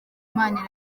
imana